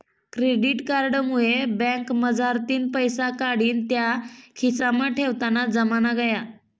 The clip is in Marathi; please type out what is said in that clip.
क्रेडिट कार्ड मुये बँकमझारतीन पैसा काढीन त्या खिसामा ठेवताना जमाना गया